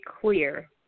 clear